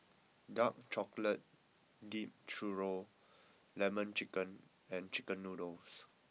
Dark Chocolate Dipped Churro Lemon Chicken and Chicken Noodles